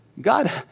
God